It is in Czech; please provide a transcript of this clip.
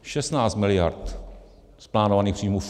Šestnáct miliard z plánovaných příjmů fuč.